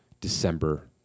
December